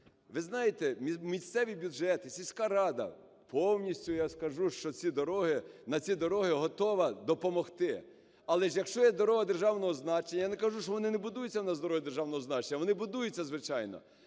Ви знаєте, місцеві бюджети, сільська рада повністю, я скажу, ці дороги, на ці дороги готова допомогти. Але ж якщо є дорога державного значення, я не кажу, що вони не будуються в нас дороги державного значення,